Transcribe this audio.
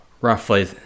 roughly